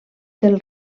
del